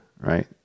right